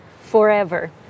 forever